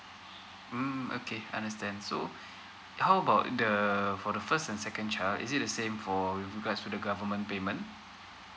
mm okay understand so how about the for the first and second child is it the same for you guys to the government payment